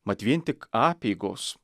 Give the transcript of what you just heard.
mat vien tik apeigos